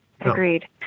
Agreed